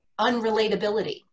unrelatability